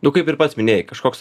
nu kaip ir pats minėjai kažkoks